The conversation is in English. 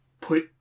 put